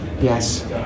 Yes